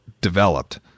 developed